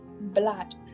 blood